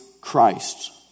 Christ